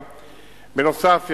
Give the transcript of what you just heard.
בנוסף,